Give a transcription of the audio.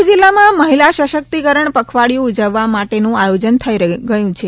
ડાંગ જિલ્લામાં મહિલા સશક્તિકરણ પખવાડિયું ઉજવવા માટેનું આયોજન શરૂ થઇ ગયું છે